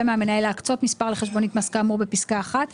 מהמנהל להקצות מספר לחשבונית מס כאמור בפסקה (1),